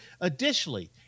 Additionally